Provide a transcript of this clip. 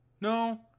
no